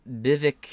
Bivik